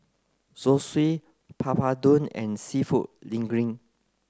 Zosui Papadum and Seafood Linguine